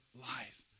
life